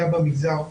היה במגזר החרדי.